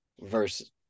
versus